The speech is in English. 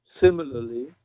similarly